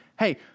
Hey